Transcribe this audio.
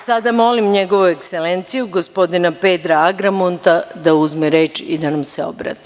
Sada molim Njegovu Ekselenciju gospodina Pedra Agramunta da uzme reč i da nam se obrati.